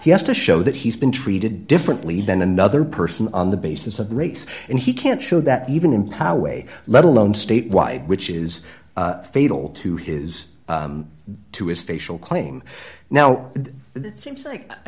he has to show that he's been treated differently than another person on the basis race and he can't show that even in our way let alone state why which is fatal to his to his facial claim now it seems like i